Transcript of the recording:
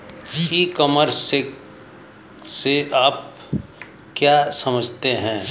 ई commerce से आप क्या समझते हैं?